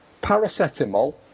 paracetamol